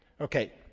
Okay